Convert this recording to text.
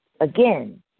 again